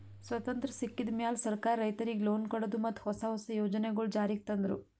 ಸ್ವತಂತ್ರ್ ಸಿಕ್ಕಿದ್ ಮ್ಯಾಲ್ ಸರ್ಕಾರ್ ರೈತರಿಗ್ ಲೋನ್ ಕೊಡದು ಮತ್ತ್ ಹೊಸ ಹೊಸ ಯೋಜನೆಗೊಳು ಜಾರಿಗ್ ತಂದ್ರು